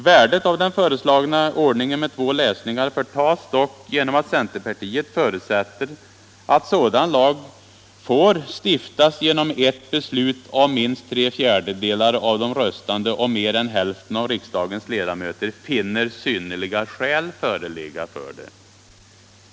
Värdet av den föreslagna ordningen med två läsningar förtas dock genom att centerpartiet förutsätter att sådan lag får ”stiftas genom ett beslut om minst tre fjärdedelar av de röstande och mer än hälften av riksdagens ledamöter finner synnerliga skäl föreligga för det —--”.